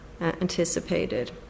anticipated